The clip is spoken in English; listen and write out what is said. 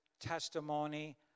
testimony